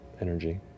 energy